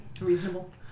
reasonable